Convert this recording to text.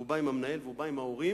הוא בא עם המנהל ועם ההורים.